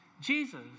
Jesus